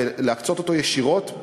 ולהקצות אותו ישירות,